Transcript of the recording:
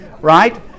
right